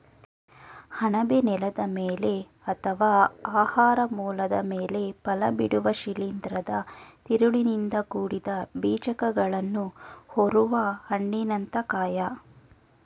ಅಣಬೆ ನೆಲದ ಮೇಲೆ ಅಥವಾ ಆಹಾರ ಮೂಲದ ಮೇಲೆ ಫಲಬಿಡುವ ಶಿಲೀಂಧ್ರದ ತಿರುಳಿನಿಂದ ಕೂಡಿದ ಬೀಜಕಗಳನ್ನು ಹೊರುವ ಹಣ್ಣಿನಂಥ ಕಾಯ